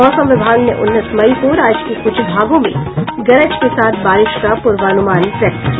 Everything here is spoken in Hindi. मौसम विभाग ने उन्नीस मई को राज्य के कुछ भागों में गरज के साथ बारिश का पूर्वानुमान व्यक्त किया